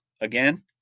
Again